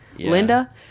linda